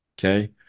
Okay